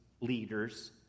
leaders